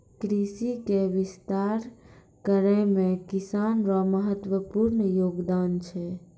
कृषि के विस्तार करै मे किसान रो महत्वपूर्ण सहयोग छै